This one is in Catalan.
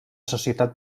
societat